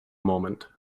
moment